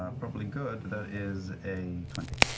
um probably good, that is a twenty.